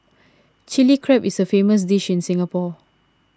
Chilli Crab is a famous dish in Singapore